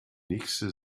nächste